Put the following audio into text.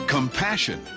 Compassion